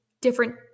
different